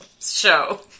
show